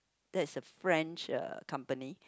that's a French uh company